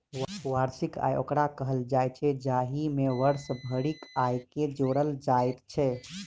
वार्षिक आय ओकरा कहल जाइत छै, जाहि मे वर्ष भरिक आयके जोड़ल जाइत छै